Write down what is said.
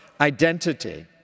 identity